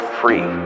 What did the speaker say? free